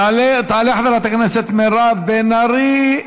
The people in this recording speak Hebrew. תעלה חברת הכנסת מירב בן-ארי,